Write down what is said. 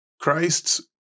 Christ's